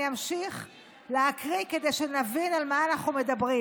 ואני אמשיך להקריא כדי שנבין על מה אנחנו מדברים.